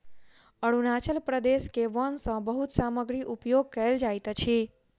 अरुणाचल प्रदेश के वन सॅ बहुत सामग्री उपयोग कयल जाइत अछि